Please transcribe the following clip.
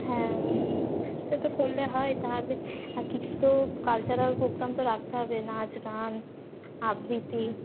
হ্যাঁ সে তো করলে হয় তাহলে আর কিছু তো কালচারাল প্রোগ্রাম তো রাখতে হবে নাচ গান আবৃত্তি